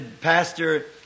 pastor